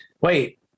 wait